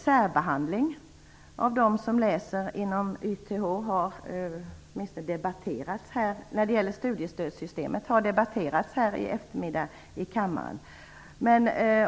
Särbehandlingen av dem som går på YTH har debatterats i samband med studiestödssystemet i kammaren i dag.